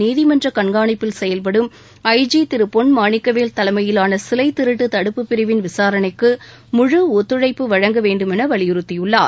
நீதிமன்ற கண்காணிப்பில் செயல்படும் ஐ ஜி திரு பொன் மாணிக்கவேல் தலைமையிலான சிலைத் திருட்டு தடுப்புப் பிரிவின் விசாரணைக்கு முழு ஒத்துழைப்பு வழங்க வேண்டுமென வலியுறுத்தியுள்ளார்